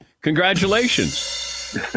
Congratulations